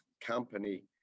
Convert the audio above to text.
company